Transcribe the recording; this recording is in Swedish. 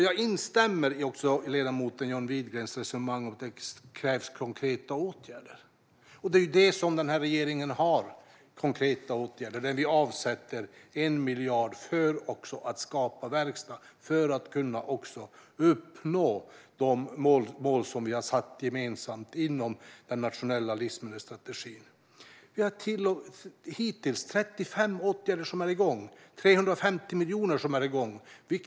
Jag instämmer i ledamot John Widegrens resonemang och text om att det krävs konkreta åtgärder, och regeringen har konkreta åtgärder. Vi avsätter 1 miljard för att skapa verkstad och för att kunna uppnå de mål som vi gemensamt har satt inom den nationella livsmedelsstrategin. Hittills är 35 åtgärder och 350 miljoner kronor igång.